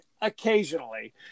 occasionally